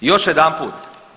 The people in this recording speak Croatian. Još jedanput.